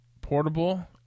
portable